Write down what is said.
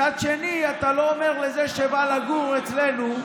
מצד שני, אתה לא אומר לזה שבא לגור אצלנו: